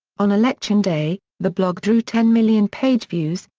on election day, the blog drew ten million page views.